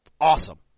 awesome